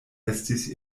estis